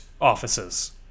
offices